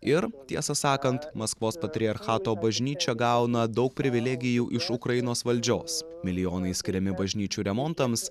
ir tiesą sakant maskvos patriarchato bažnyčia gauna daug privilegijų iš ukrainos valdžios milijonai skiriami bažnyčių remontams